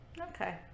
Okay